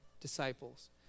disciples